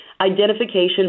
identification